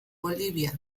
bolivia